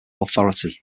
authority